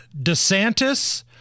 DeSantis